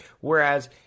Whereas